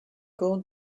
gold